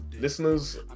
Listeners